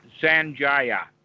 Sanjaya